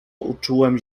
uczułem